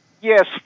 Yes